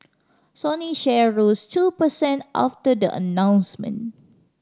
Sony share rose two per cent after the announcement